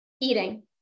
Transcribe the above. eating